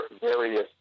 various